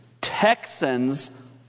Texans